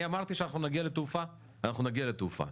אני אמרתי שאנחנו נגיע לתעופה, אנחנו נגיע לתעופה.